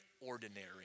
ordinary